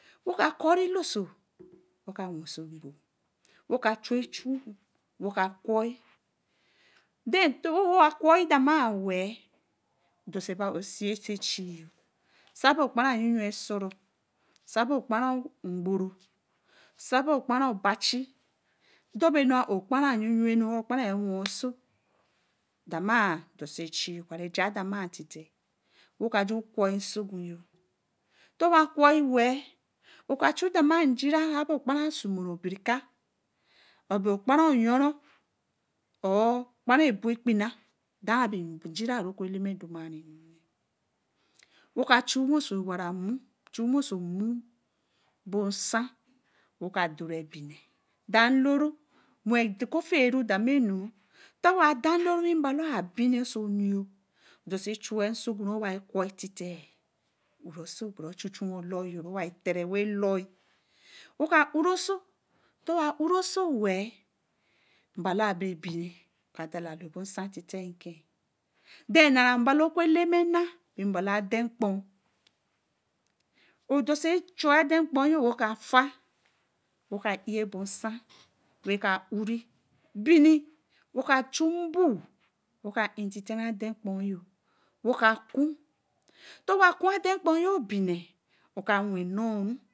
Wo kā kori lō sō woka wen sō bōō. woka gwaii dānā weh doso bāi Ō sēō sō chīī. sabe kpēren re nu sō rōr ō kparan Ngburu sebe kpāra obā chi dōbō nu re ō kparan ū ū nu kparan wōsō. dama doso chii. wārā jāā damā tite wēh ka ju gwaii Nsogun yo tō wa gwaii wēh wākā chii dama jire somo rō bi ri kāā obe kpara-yōrō ōr kparan obo-kpi-na dāmā ben j̄ira re oku Elene domā ri mba lo yeni woka olu Nen sō wara mu-bo san woka do re bine dai lōō wēn kofe ru da lo gōurō. to wa dā lo wi balo abini osō nu yō odose chuwey sogun re wai gwaii tite be chuchu wen bāite loī woka u ra oso wey mbolo bare bīnī weh kāā dala tite kīken. den Nara balo ka Eleme na bāē mbālo aden kpon. Ō dose chui aden kpon yoni weh kā fa weh ka ē ār bo Nsa weka ū ree bīnī ka chu Nbon woka in tite ra dēn-kpon weh ka kun to wa kun aden kpon you bini woka wen nor ru